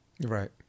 Right